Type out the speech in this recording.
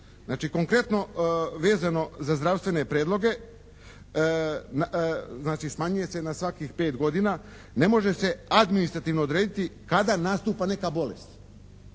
Znači konkretno vezano za zdravstvene prijedloge znači smanjuje se na svakih 5 godina, ne može se administrativno odrediti kada nastupa neka bolest?